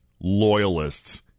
loyalists